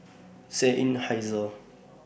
Seinheiser